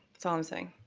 that's all i'm saying.